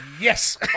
Yes